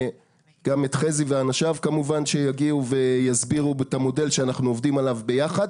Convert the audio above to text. גם חזי ואנשיו יגעו ויסבירו את המודל שאנחנו עובדים עליו ביחד.